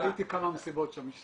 ראיתי כמה מסיבות שהמשטרה סגרה.